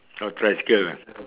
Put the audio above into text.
oh tricycle ah